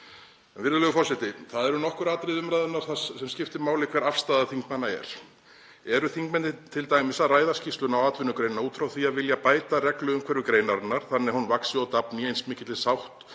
Virðulegur forseti. Það eru nokkur atriði umræðunnar þar sem skiptir máli hver afstaða þingmanna er. Eru þingmennirnir t.d. að ræða skýrsluna og atvinnugreinina út frá því að vilja bæta regluumhverfi greinarinnar, þannig að hún vaxi og dafni í eins mikilli sátt